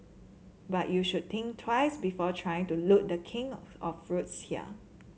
but you should think twice before trying to loot the king of of fruits here